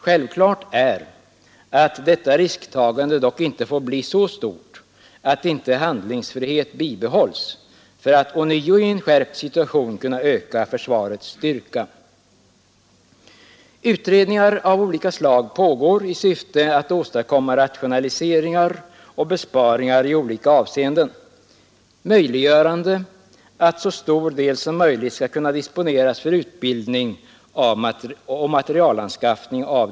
Självklart är att detta risktagande dock inte får bli så stort att inte handlingsfriheten bibehålles för att ånyo i en skärpt situation kunna öka försvarets styrka. Utredningar av skilda slag pågår i syfte att åstadkomma besparingar och rationaliseringar i olika avseenden och för att en så stor del som möjligt av det tillgängliga utrymmet skall kunna disponeras för utbildning och materielanskaffning.